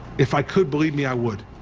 if i could believe me i would